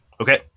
Okay